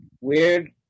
weird